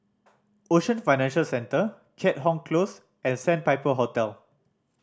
Ocean Financial Centre Keat Hong Close and Sandpiper Hotel